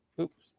Oops